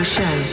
Show